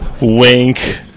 wink